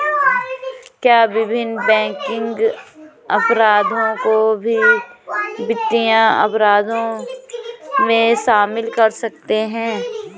क्या विभिन्न बैंकिंग अपराधों को भी वित्तीय अपराधों में शामिल कर सकते हैं?